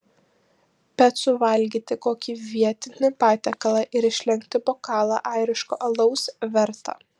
bet suvalgyti kokį vietinį patiekalą ir išlenkti bokalą airiško alaus verta